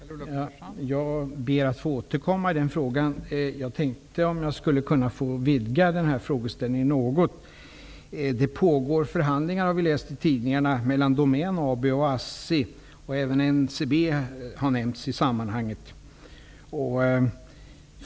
Fru talman! Jag ber att få återkomma i den frågan. Jag tänkte också vidga frågeställningen något. Vi har i tidningarna kunna läsa om att det pågår förhandlingar om en sammanslagning mellan Domän AB och ASSI. Även NCB har nämnts i sammanhanget.